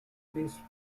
based